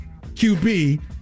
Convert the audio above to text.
QB